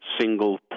single